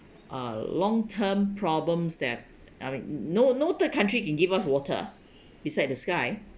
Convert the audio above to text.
uh long term problems that are in no no third country can give us water beside the sky